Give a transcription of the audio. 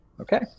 Okay